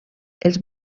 els